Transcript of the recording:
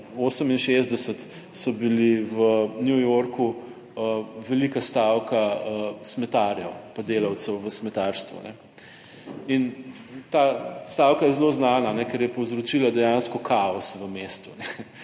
1968 so bili v New Yorku velika stavka smetarjev, pa delavcev v smetarstvu in ta stavka je zelo znana, ker je povzročila dejansko kaos v mestu.